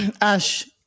Ash